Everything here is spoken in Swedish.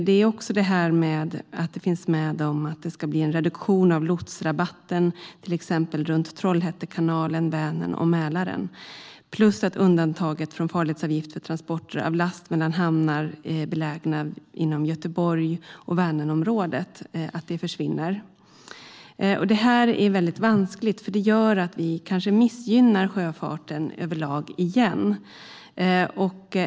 Det är också att det ska bli en reduktion av lotsrabatten i till exempel Trollhätte kanal, Vänern och Mälaren, plus att undantaget från farledsavgift för transporter av last mellan hamnar belägna inom Göteborgs och Vänernområdet försvinner. Det här är vanskligt, för det gör att vi kanske återigen missgynnar sjöfarten överlag.